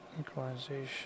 Equalization